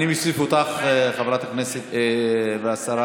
אני מוסיף אותך, חברת הכנסת והשרה